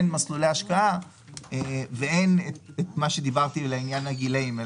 אין מסלולי השקעה ואין את מה שדיברתי לעניין הגילאים.